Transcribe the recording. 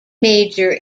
major